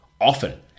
often